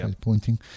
pointing